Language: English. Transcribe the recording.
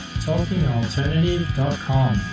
talkingalternative.com